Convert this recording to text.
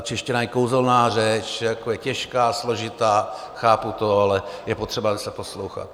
Čeština je kouzelná řeč, je těžká, složitá, chápu to, ale je potřeba se poslouchat.